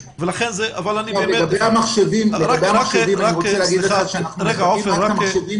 אנחנו לא רק מחלקים מחשבים